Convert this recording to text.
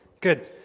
good